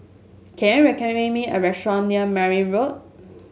can you recommend me a restaurant near Meyer Road